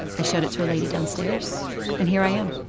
i showed it to a lady downstairs and here i am